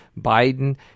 Biden